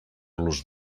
los